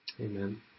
Amen